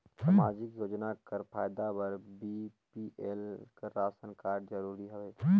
समाजिक योजना कर फायदा बर बी.पी.एल कर राशन कारड जरूरी हवे?